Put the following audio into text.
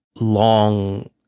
long